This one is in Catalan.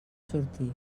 sortir